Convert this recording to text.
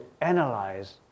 analyze